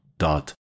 dot